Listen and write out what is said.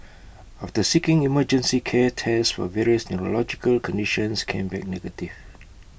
after seeking emergency care tests for various neurological conditions came back negative